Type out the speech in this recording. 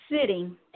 sitting